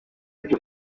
byo